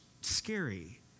scary